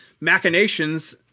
machinations